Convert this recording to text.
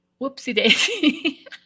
Whoopsie-daisy